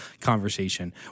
conversation